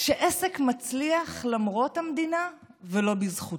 שעסק מצליח למרות המדינה ולא בזכותה.